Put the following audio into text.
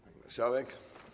Pani Marszałek!